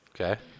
Okay